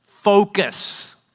focus